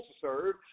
serve